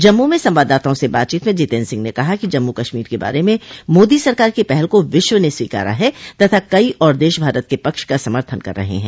जम्मू में संवाददाताओँ से बातचीत में जितेन्द्र सिंह ने कहा कि जम्मू कश्मीर के बारे में मोदी सरकार की पहल को विश्व ने स्वीकारा है तथा कई और देश भारत के पक्ष का समर्थन कर रहे हैं